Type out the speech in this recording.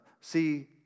see